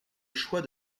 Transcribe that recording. choix